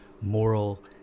moral